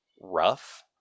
rough